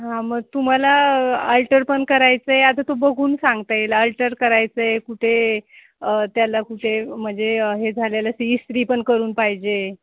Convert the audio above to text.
हां मग तुम्हाला अल्टर पण करायचं आहे आता तो बघून सांगता येईल अल्टर करायचं आहे कुठे त्याला कुठे म्हणजे हे झालेलं असेल इस्त्री पण करून पाहिजे